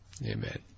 Amen